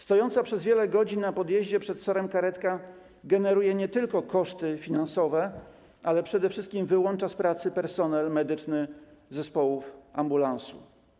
Stojąca przez wiele godzin na podjeździe przed SOR-em karetka nie tylko generuje koszty finansowe, ale przede wszystkim wyłącza z pracy personel medyczny zespołu ambulansu.